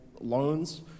loans